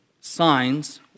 signs